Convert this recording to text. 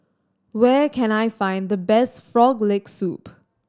where can I find the best Frog Leg Soup